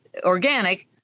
organic